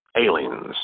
aliens